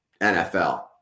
NFL